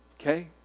Okay